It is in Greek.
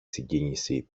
συγκίνηση